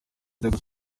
nzego